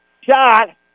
shot